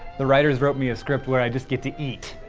the writers wrote me a script where i just get to eat!